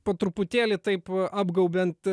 po truputėlį taip apgaubiant